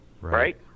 right